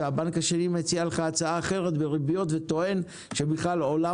והבנק השני מציע לך הצעה אחרת וריביות וטוען שבכלל עולם